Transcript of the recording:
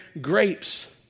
grapes